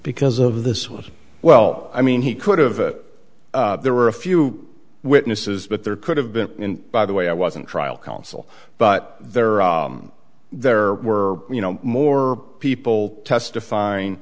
because of this was well i mean he could have there were a few witnesses but there could have been in by the way i wasn't trial counsel but there there were you know more people testifying